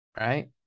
Right